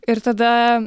ir tada